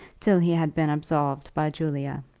till he had been absolved by julia.